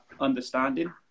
understanding